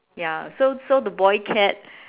ya so so the boy cat